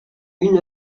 une